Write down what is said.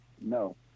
No